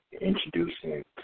introducing